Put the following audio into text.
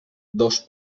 dos